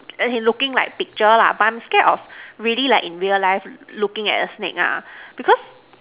as in looking like pictures lah but I am scared of really like in real life looking at a snake ah because